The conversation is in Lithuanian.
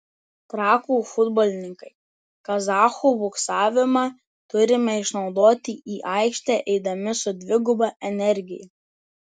trakų futbolininkai kazachų buksavimą turime išnaudoti į aikštę eidami su dviguba energija